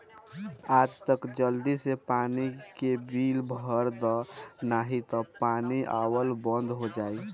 आज तअ जल्दी से पानी के बिल भर दअ नाही तअ पानी आवल बंद हो जाई